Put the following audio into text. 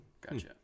Gotcha